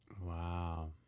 Wow